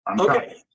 Okay